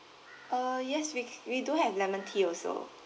uh yes we we do have lemon tea also